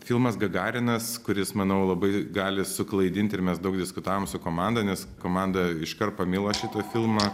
filmas gagarinas kuris manau labai gali suklaidinti ir mes daug diskutavom su komanda nes komanda iškart pamilo šitą filmą